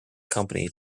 company